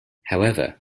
however